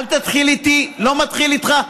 אל תתחיל איתי, לא מתחיל איתך.